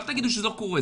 אל תגידו שזה לא קורה,